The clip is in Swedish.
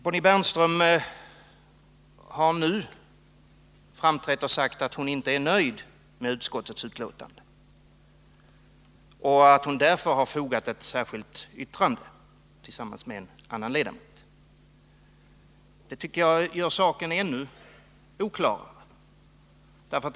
Bonnie Bernström har nu framträtt och sagt att hon inte är nöjd med utskottets betänkande och att hon därför tillsammans med en annan ledamot har avgivit ett särskilt yttrande. Det tycker jag gör saken ännu oklarare.